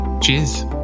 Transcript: cheers